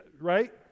right